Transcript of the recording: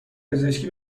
پزشکی